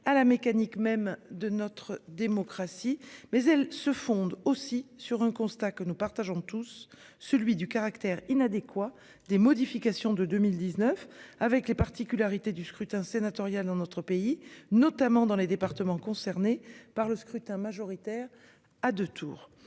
à la mécanique même de notre démocratie. Mais elle se fonde aussi sur un constat que nous partageons tous, celui du caractère inadéquat des modifications de 2019 avec les particularités du scrutin sénatorial dans notre pays, notamment dans les départements concernés par le scrutin majoritaire à 2 tours.